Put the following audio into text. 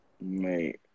Mate